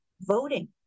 voting